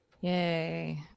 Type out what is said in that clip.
Yay